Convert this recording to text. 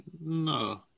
No